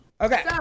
Okay